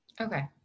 Okay